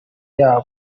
yabo